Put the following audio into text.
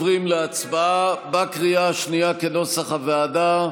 להצבעה בקריאה השנייה כנוסח הוועדה.